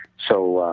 so,